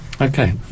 okay